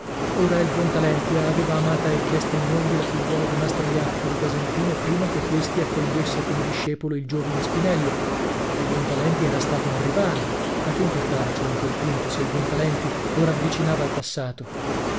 ora il buontalenti aveva amata e chiesta in moglie la figliuola di mastro jacopo di casentino prima che questi accogliesse come discepolo il giovine spinello il buontalenti era stato un rivale ma che importava ciò in quel punto so il buontalenti lo ravvicinava al passato